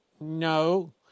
No